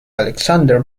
aleksandr